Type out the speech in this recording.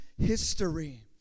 history